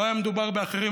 לו היה מדובר באחרים,